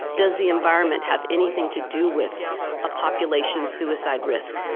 does the environment have anything to do with a population suicide risk?